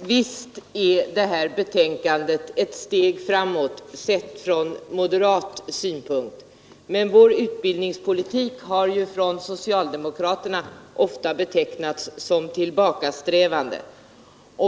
Visst är det här betänkandet ett steg framåt, sett från moderat synpunkt, men vår utbildningspolitik har ju av socialdemokraterna ofta betecknats som tillbakasträvande.